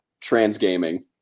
Trans-gaming